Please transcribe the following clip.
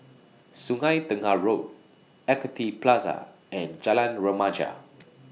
Sungei Tengah Road Equity Plaza and Jalan Remaja